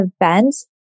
events